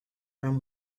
from